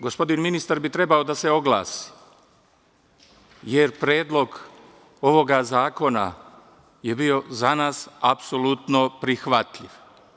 Gospodin ministar bi trebalo da se oglasi, jer Predlog ovoga zakona je bio za nas apsolutno prihvatljiv.